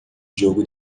jogo